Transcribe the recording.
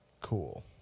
cool